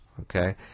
Okay